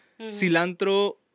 Cilantro